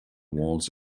walls